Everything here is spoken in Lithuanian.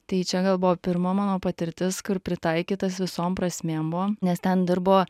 tai čia gal buvo pirma mano patirtis kur pritaikytas visom prasmėm nes ten dirbo